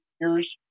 years